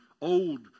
old